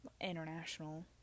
international